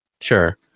Sure